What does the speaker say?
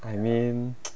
I mean